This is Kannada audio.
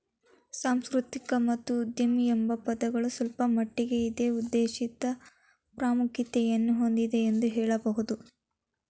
ಸಾಂಸ್ಕೃತಿಕ ಮತ್ತು ಉದ್ಯಮಿ ಎಂಬ ಪದಗಳು ಸ್ವಲ್ಪಮಟ್ಟಿಗೆ ಇದೇ ಉದ್ದೇಶಿತ ಪ್ರಾಮುಖ್ಯತೆಯನ್ನು ಹೊಂದಿದೆ ಎಂದು ಹೇಳಬಹುದು